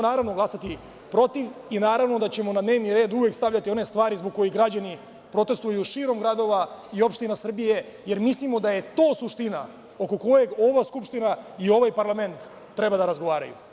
Naravno glasaćemo protiv i naravno da ćemo na dnevni red uvek stavljati one stvari zbog kojih građani protestuju širom gradova i opština Srbije, jer mislimo da je to suština oko koje ova Skupština i ovaj parlament treba da razgovaraju.